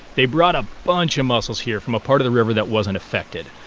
they brought a bunch of mussels here from a part of the river that wasn't affected.